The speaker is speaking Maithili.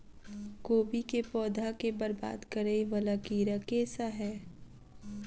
कोबी केँ पौधा केँ बरबाद करे वला कीड़ा केँ सा है?